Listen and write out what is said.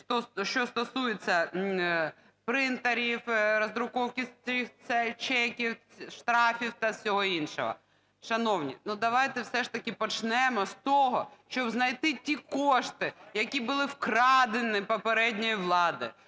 що стосується принтерів, роздруківки чеків, штрафів та всього іншого. Шановні, давайте все ж таки почнемо з того, щоб знайти ті кошти, які були вкрадені попередньою владою.